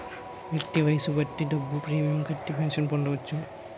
వ్యక్తి వయస్సును బట్టి డబ్బులు ప్రీమియం కట్టి పెన్షన్ పొందవచ్చు